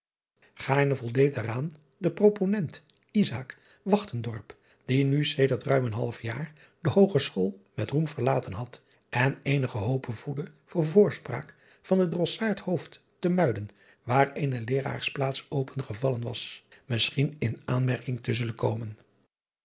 aarne voldeed daaraan de roponent die nu sedert ruim een half jaar de oogeschool met roem verlaten had en eenige hope voedde door voorspraak van den rossaard te uiden waar eene eeraarsplaats opengevallen was misschien in aanmerking te zullen komen